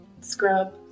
Scrub